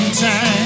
time